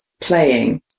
playing